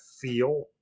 feel